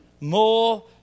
more